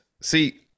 See